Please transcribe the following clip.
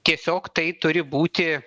tiesiog tai turi būti